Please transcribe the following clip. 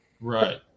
Right